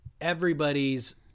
everybody's